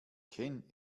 ken